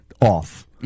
off